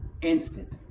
instant